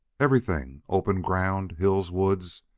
everything open ground, hills, woods.